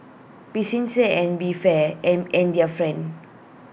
be sincere and be fear and and their friend